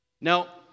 Now